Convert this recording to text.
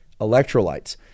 electrolytes